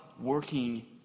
working